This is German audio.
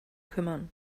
kümmern